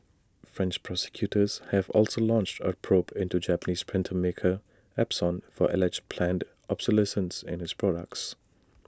French prosecutors have also launched A probe into Japanese printer maker Epson for alleged planned obsolescence in its products